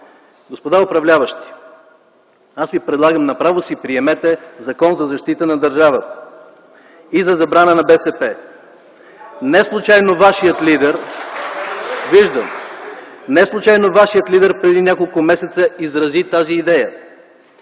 Господа управляващи, предлагам направо да си приемете Закон за защита на държавата и за забрана на БСП. (Реплики от ГЕРБ.) Не случайно вашият лидер преди няколко месеца изрази тази идея.